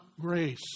grace